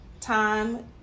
time